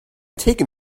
taken